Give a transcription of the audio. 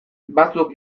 batzuk